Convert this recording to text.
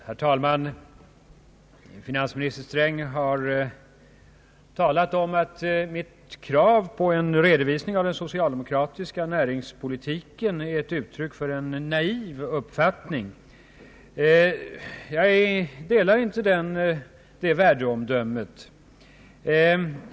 Herr talman! Finansminister Sträng har sagt att mitt krav på redovisning av den socialdemokratiska näringspolitiken är ett uttryck för en naiv uppfattning. Jag delar inte det värdeomdömet.